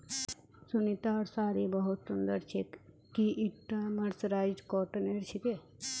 सुनीतार साड़ी बहुत सुंदर छेक, की ईटा मर्सराइज्ड कॉटनेर छिके